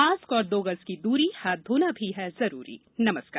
mask और दो गज की दूरी हाथ धोना भी है जरुरी नमस्कार